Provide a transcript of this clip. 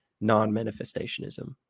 non-manifestationism